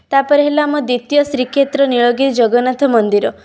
ତା'ପରେ ହେଲା ଆମ ଦ୍ୱିତୀୟ ଶ୍ରୀକ୍ଷେତ୍ର ନୀଳଗିରି ଜଗନ୍ନାଥ ମନ୍ଦିର